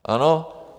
Ano?